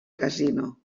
casino